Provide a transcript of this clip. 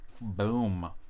Boom